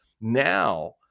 Now